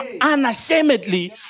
unashamedly